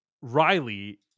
Riley